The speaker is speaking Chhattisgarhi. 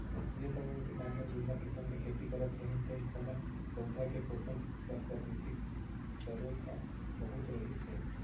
जेन समे म किसान मन जुन्ना किसम ले खेती करत रहिन तेन समय पउधा के पोसन बर प्राकृतिक सरोत ह बहुत रहिस हे